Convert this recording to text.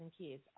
kids